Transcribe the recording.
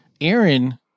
Aaron